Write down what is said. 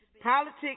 Politics